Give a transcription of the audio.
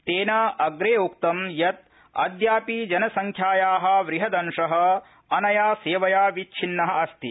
तेन अप्रे उक्तं यत् अद्यापि जनसंख्याया बृहदंश अनया सेवया विच्छिन्न अस्ति